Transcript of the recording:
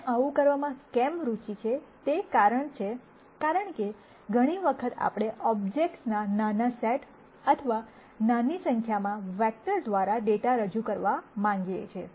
અમને આવું કરવામાં કેમ રુચિ છે તે કારણ છે કારણ કે ઘણી વખત આપણે ઓબ્જેક્ટ્સના નાના સેટ અથવા નાની સંખ્યામાં વેક્ટર દ્વારા ડેટા રજૂ કરવા માંગીએ છીએ